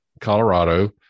Colorado